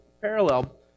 parallel